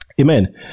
Amen